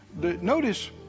Notice